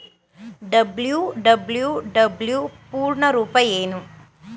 WWW ಪೂರ್ಣ ರೂಪ ಏನು?